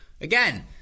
Again